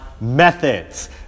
methods